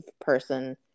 person